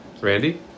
Randy